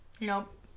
Nope